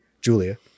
Julia